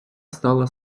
стала